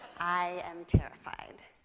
i am terrified.